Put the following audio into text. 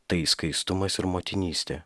tai skaistumas ir motinystė